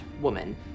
woman